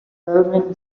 kelvin